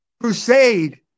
crusade